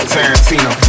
Tarantino